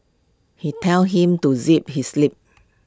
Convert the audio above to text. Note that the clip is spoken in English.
he tell him to zip his lip